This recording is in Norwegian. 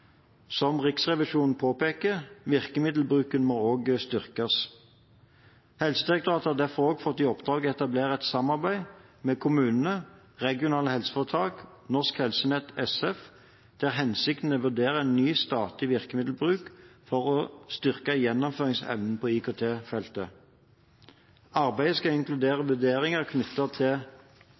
Som Riksrevisjonen påpeker, må også virkemiddelbruken styrkes. Helsedirektoratet har derfor også fått i oppdrag å etablere et samarbeid med kommunene, regionale helseforetak og Norsk Helsenett SF, der hensikten er å vurdere ny statlig virkemiddelbruk for å styrke gjennomføringsevnen på IKT-feltet. Arbeidet skal inkludere vurderinger knyttet til